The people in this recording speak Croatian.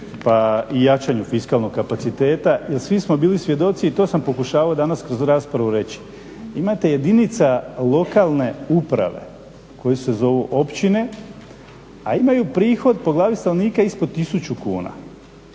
pa i jačanju fiskalnog kapaciteta jer svi smo bili svjedoci i to sam pokušavao danas kroz raspravu reći. Imate jedinica lokalne uprave koje se zovu općine a imaju prihod po glavi stanovnika ispod 1000 kuna.